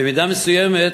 במידה מסוימת,